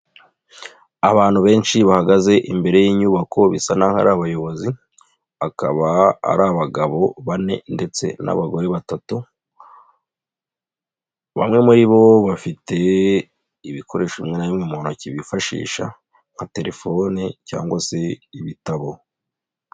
Abantu benshi bahagaze imbere y'inyubako, bisa n'aho hari ari abayobozi. Akaba ari abagabo bane ndetse n'abagore batatu. Bamwe muri bo, bafite ibikoresho bimwe na bimwe mu ntoki bifashisha nka telefone cyangwa se ibitabo.